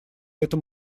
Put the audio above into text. этом